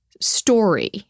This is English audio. story